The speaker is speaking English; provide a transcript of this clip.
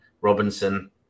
Robinson